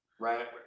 Right